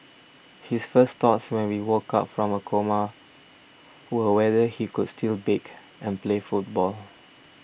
his first thoughts when he woke up from a coma were whether he could still bake and play football